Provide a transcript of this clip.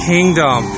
Kingdom